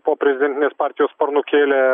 po prezidentinės partijos par nukėlė